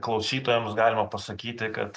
klausytojams galima pasakyti kad